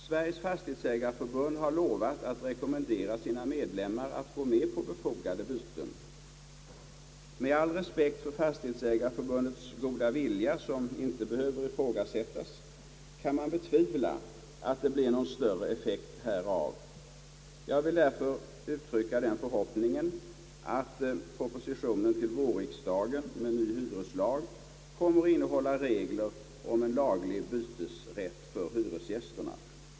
Sveriges fastighetsägareförbund har lovat att rekommendera sina medlemmar att gå med på befogade byten. Med all respekt för Fastig hetsägareförbundets goda vilja, som inte behöver ifrågasättas, kan man betvivla att det blir någon större effekt härav. Jag vill därför uttrycka den förhoppningen att propositionen till vårriksdagen om ny hyreslag kommer att innehålla regler om en laglig bytesrätt för hyresgästerna.